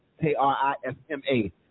k-r-i-s-m-a